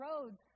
roads